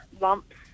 lumps